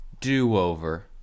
do-over